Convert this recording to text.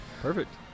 Perfect